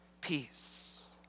peace